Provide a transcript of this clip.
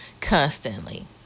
constantly